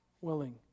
willing